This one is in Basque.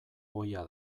ohia